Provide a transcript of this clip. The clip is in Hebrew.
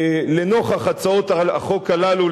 לנוכח הצעות החוק הללו,